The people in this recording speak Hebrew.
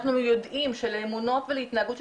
אנחנו יודעים שלאמונות והתנהגות של